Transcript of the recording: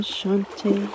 Shanti